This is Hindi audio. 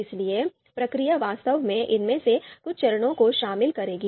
इसलिए प्रक्रिया वास्तव में इनमें से कुछ चरणों को शामिल करेगी